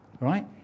Right